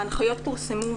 ההנחיות פורסמו,